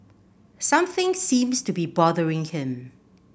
something seems to be bothering him